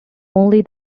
only